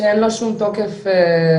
שאין לו שום תוקף משפטי.